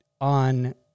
on